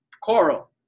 Coral